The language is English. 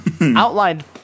outlined